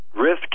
Risk